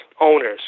owners